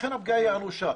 לכן הפגיעה היא אנושה.